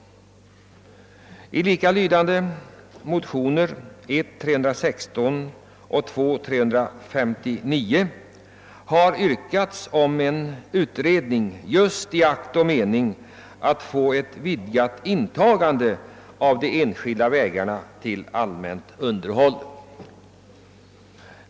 I de likalydande motionerna I:316 och II: 359 har yrkats på utredning just i akt och mening att få till stånd ett vidgat intagande av de enskilda vägarna till allmänt underhåll.